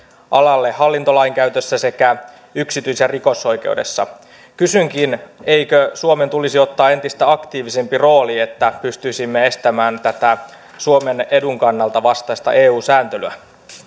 alalle hallintolain käytössä sekä yksityis että rikosoikeudessa kysynkin eikö suomen tulisi ottaa entistä aktiivisempi rooli että pystyisimme estämään tätä suomen edun vastaista eu sääntelyä